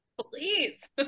Please